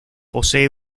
posee